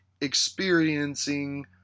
experiencing